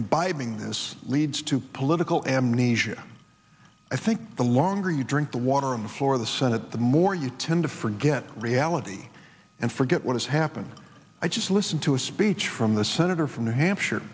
imbibing this leads to political amnesia i think the longer you drink the water on the floor of the senate the more you tend to forget reality and forget what has happened i just listened to a speech from the senator from new hampshire